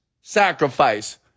sacrifice